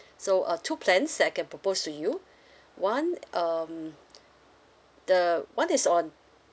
so uh two plans I can propose to you one um the [one] is on